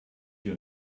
you